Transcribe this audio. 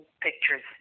pictures